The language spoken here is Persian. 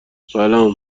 سلام